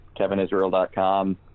kevinisrael.com